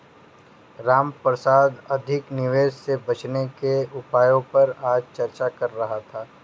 रामप्रसाद अधिक निवेश से बचने के उपायों पर आज चर्चा कर रहा था